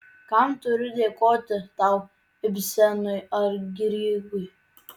kam turiu dėkoti tau ibsenui ar grygui